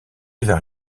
vers